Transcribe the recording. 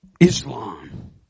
Islam